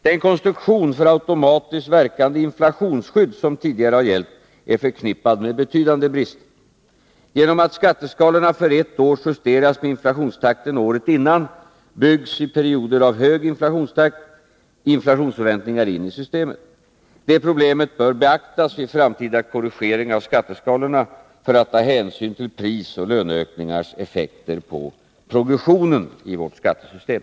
Den konstruktion för automatiskt verkande inflationsskydd som tidigare har gällt är förknippad med betydande brister. Genom att skatteskalorna för ett år justeras med inflationstakten året innan byggs, i perioder av hög inflationstakt, inflationsförväntningar in i systemet. Det problemet bör beaktas vid framtida korrigeringar av skatteskalorna för att hänsyn skall kunna tas till prisoch löneökningarnas effekter på progressionen i vårt skattesystem.